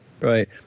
Right